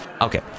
okay